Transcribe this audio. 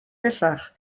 bellach